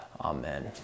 amen